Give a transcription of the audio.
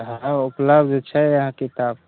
यहाँ उपलब्ध छै यहाँ किताब